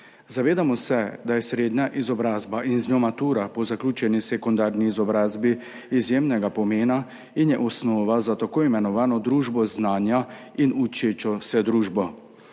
Zavedamo se, da je srednja izobrazba in z njo matura po zaključeni sekundarni izobrazbi izjemnega pomena in je osnova za tako imenovano družbo znanja in učečo se družbo.